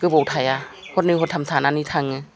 गोबाव थाया हरनै हरथाम थानानै थाङो